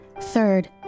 Third